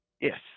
Yes